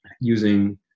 using